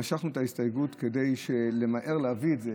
משכנו את ההסתייגות כדי למהר להביא את זה,